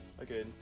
okay